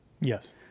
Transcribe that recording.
Yes